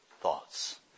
thoughts